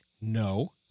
No